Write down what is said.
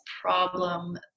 problem